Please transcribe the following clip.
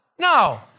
No